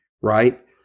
right